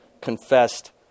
confessed